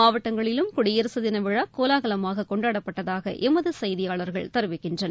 மாவட்டங்களிலும் குடியரசு தினவிழா கோலாகலமாக கொண்டாடப்பட்டதாக எமது செய்தியாளர்கள் தெரிவிக்கின்றனர்